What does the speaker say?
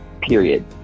period